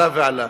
עלה ועלה.